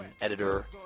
editor